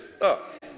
up